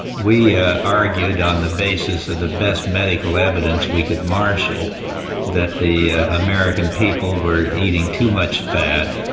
we ah argued on the basis of the best medical evidence we could marshal that the american people were eating too much fat,